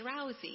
drowsy